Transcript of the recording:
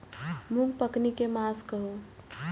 मूँग पकनी के मास कहू?